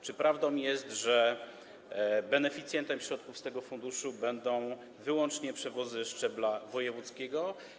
Czy prawdą jest, że beneficjentem środków z tego funduszu będą wyłącznie przewozy na szczeblu wojewódzkim?